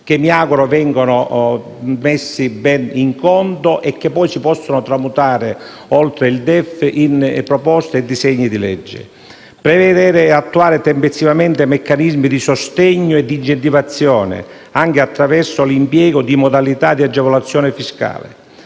che mi auguro vengano presi in conto e si possano poi tramutare, oltre il DEF, in proposte e disegni di legge. Si suggerisce di prevedere e attuare tempestivamente meccanismi di sostegno e di incentivazione, anche attraverso l'impiego di modalità di agevolazione fiscale;